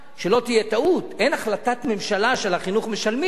שלא תהיה טעות, אין החלטת ממשלה שעל חינוך משלמים,